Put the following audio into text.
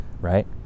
right